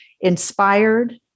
inspired